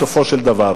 בסופו של דבר,